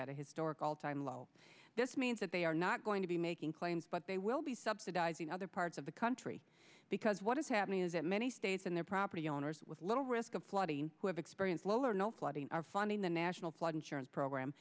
at a historic all time low this means that they are not going to be making claims but they will be subsidizing other parts of the country because what is happening is that many states and their property owners with little risk of flooding who have experience low or no flooding are funding the national flood insurance program